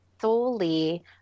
solely